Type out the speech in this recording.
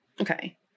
Okay